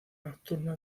nocturna